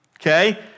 Okay